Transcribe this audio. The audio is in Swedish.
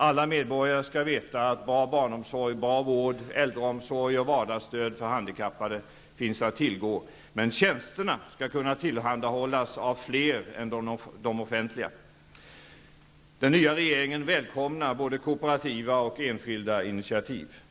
Alla medborgare skall veta att bra barnomsorg och bra vård, äldreomsorg och vardagsstöd för handikappade finns att tillgå -- men tjänsterna skall kunna tillhandahållas av fler än de offentliga. Den nya regeringen välkomnar både kooperativa och enskilda initiativ.